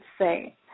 say